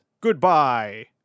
Goodbye